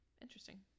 Interesting